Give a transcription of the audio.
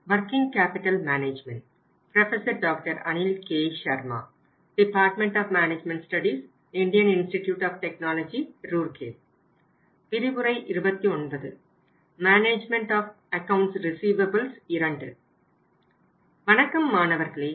வணக்கம் மாணவர்களே